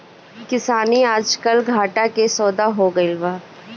किसानी आजकल घाटा के सौदा हो गइल बा